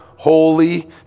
Holy